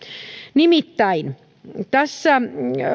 nimittäin tässä